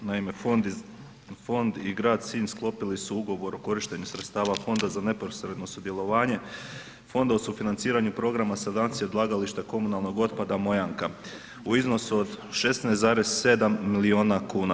Naime, fond i grad Sinj sklopili su ugovor o korištenju sredstava Fonda za neposredno sudjelovanje fonda o sufinanciranju programa sanacije odlagališta komunalnog otpada Mojanka u iznosu od 16,7 milijuna kuna.